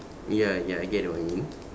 ya ya I get what you mean